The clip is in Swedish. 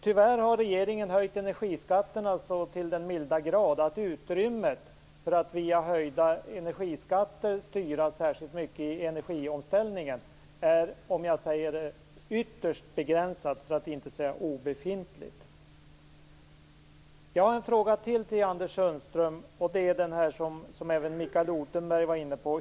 Tyvärr har regeringen höjt energiskatterna så till den milda grad att utrymmet för att via höjda energiskatter styra särskilt mycket i energiomställningen är ytterst begränsat, för att inte säga obefintligt. Jag har ytterligare en fråga till Anders Sundström, som även Mikael Odenberg var inne på.